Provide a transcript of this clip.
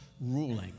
ruling